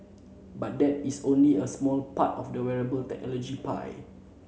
but that is only a smart part of the wearable technology pie